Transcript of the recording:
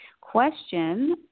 question